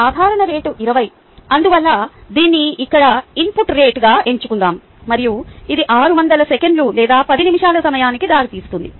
సాధారణ రేటు 20 అందువల్ల దీన్ని ఇక్కడ ఇన్పుట్ రేటుగా ఎంచుకుందాం మరియు ఇది 600 సెకన్లు లేదా 10 నిమిషాల సమయానికి దారితీస్తుంది